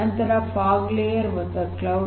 ನಂತರ fog layer ಮತ್ತು cloud